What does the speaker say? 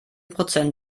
prozent